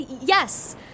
yes